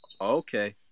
okay